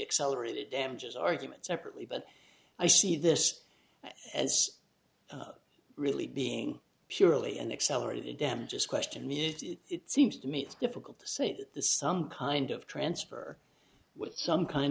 accelerated damages argument separately but i see this as really being purely an accelerated it damages question me it seems to me it's difficult to say that some kind of transfer with some kind